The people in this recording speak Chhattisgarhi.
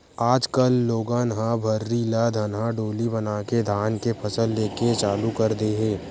आज कल लोगन ह भर्री ल धनहा डोली बनाके धान के फसल लेके चालू कर दे हे